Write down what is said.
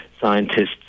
scientists